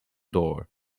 door